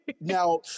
Now